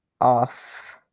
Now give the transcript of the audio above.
off